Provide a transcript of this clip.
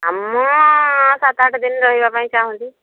ଆ ମୁଁ ସାତ ଆଠ ଦିନ ରହିବା ପାଇଁ ଚାହୁଁଛି